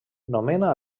nomena